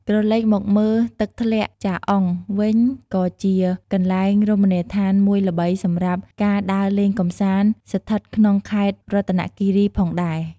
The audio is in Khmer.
ក្រឡេកមកមើល ទឹកធ្លាក់ចាអុងវិញក៏ជាកន្លែងរមណីយដ្ឋានមួយល្បីសម្រាប់ការដើរលេងកម្សាន្តស្ថិតក្នុងខេត្តរតនគីរីផងដែរ។